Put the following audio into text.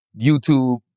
YouTube